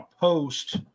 post